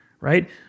right